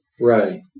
Right